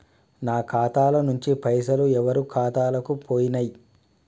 నా ఖాతా ల నుంచి పైసలు ఎవరు ఖాతాలకు పోయినయ్?